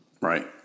Right